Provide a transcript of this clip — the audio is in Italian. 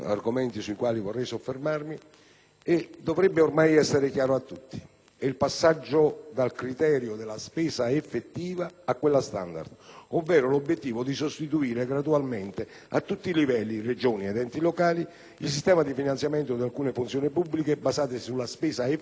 dovrebbe ormai essere chiaro a tutti: si tratta del passaggio dal criterio della spesa effettiva a quella standard ovvero dell'obiettivo di sostituire gradualmente, a tutti i livelli (Regioni ed enti locali), il sistema di finanziamento di alcune funzioni pubbliche basato sulla spesa effettiva con la spesa standard.